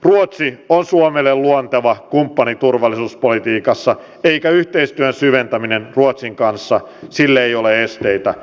ruotsi on suomelle luonteva kumppani turvallisuuspolitiikassa eikä yhteistyön syventämiselle ruotsin kanssa ole esteitä